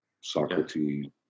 Socrates